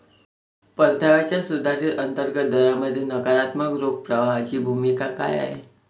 परताव्याच्या सुधारित अंतर्गत दरामध्ये नकारात्मक रोख प्रवाहाची भूमिका काय आहे?